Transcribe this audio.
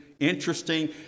Interesting